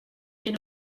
que